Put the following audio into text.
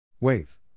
Wave